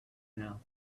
now